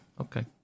Okay